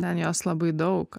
ten jos labai daug